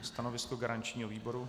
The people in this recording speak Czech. Stanovisko garančního výboru?